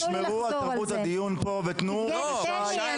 תשמרו על תרבות הדיון פה ותנו ל --- תן לי,